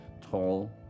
tall